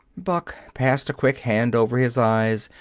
buck passed a quick hand over his eyes,